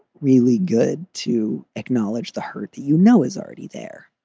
really good to acknowledge the hurt, you know, is already there,